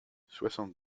soixante